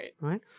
Right